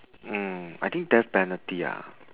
mm I think death penalty ah